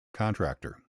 contractor